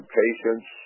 patience